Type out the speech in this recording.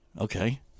Okay